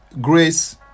grace